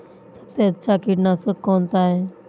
सबसे अच्छा कीटनाशक कौनसा है?